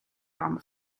drama